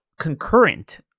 Concurrent